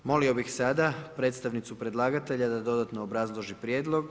Molio bih sada predstavnicu predlagatelja da dodatno obrazloži prijedlog.